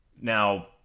Now